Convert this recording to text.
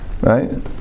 right